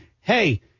hey